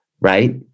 right